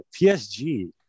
PSG